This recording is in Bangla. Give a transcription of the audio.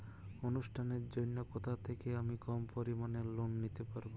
অনুষ্ঠানের জন্য কোথা থেকে আমি কম পরিমাণের লোন নিতে পারব?